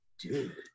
dude